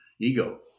ego